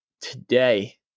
today